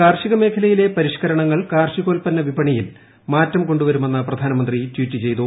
കാർഷിക മേഖലയിലെ പരിഷ്കരണങ്ങൾ കാർഷികോൽപ്പന്ന വിപണിയിൽ മാറ്റം കൊണ്ടുവരുമെന്ന് പ്രധാനമന്ത്രി ട്ടീറ്റ് ചെയ്തു